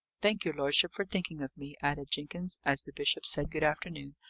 thank your lordship for thinking of me, added jenkins, as the bishop said good afternoon,